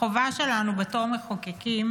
החובה שלנו בתור מחוקקים